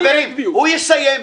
חברים, הוא יסיים.